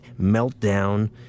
meltdown